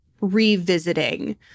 revisiting